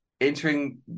entering